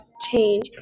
change